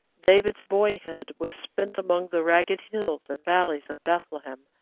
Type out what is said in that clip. david's boyhood was spent among the rugged hills and valleys of bethlehem.